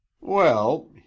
Well